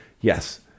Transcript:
Yes